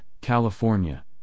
California